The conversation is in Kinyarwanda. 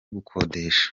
gukodesha